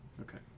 Okay